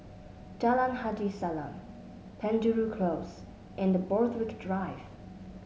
Jalan Haji Salam Penjuru Close and Borthwick Drive